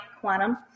quantum